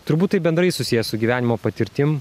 turbūt tai bendrai susiję su gyvenimo patirtim